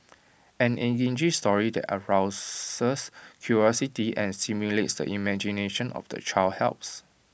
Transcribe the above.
an engaging story that arouses curiosity and stimulates the imagination of the child helps